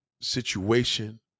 situation